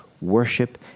worship